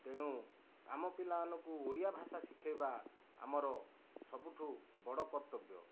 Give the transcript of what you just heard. ତେଣୁ ଆମ ପିଲାମାନଙ୍କୁ ଓଡ଼ିଆ ଭାଷା ଶିଖାଇବା ଆମର ସବୁଠୁ ବଡ଼ କର୍ତ୍ତବ୍ୟ